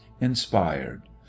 inspired